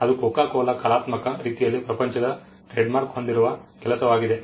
ಅದು coca cola ಕಲಾತ್ಮಕ ರೀತಿಯಲ್ಲಿ ಪ್ರಪಂಚದ ಟ್ರೇಡ್ಮಾರ್ಕ್ ಹೊಂದಿರುವ ಕೆಲಸವಾಗಿದೆ